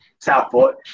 Southport